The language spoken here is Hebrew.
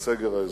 בסגר האזרחי.